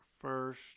first